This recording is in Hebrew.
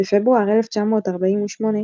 בפברואר 1948,